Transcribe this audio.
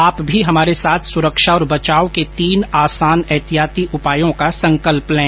आप भी हमारे साथ सुरक्षा और बचाव के तीन आसान एहतियाती उपायों का संकल्प लें